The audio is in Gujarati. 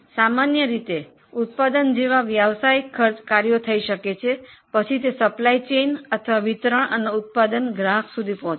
સામાન્ય રીતે વ્યવસાયિક કાર્યોમાં ઉત્પાદન સપ્લાય ચેઇન અથવા વિતરણ અને પછી ઉત્પાદનો ગ્રાહક સુધી પહોંચે છે